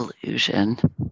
Illusion